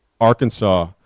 Arkansas